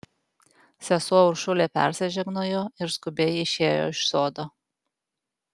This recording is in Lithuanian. sesuo uršulė persižegnojo ir skubiai išėjo iš sodo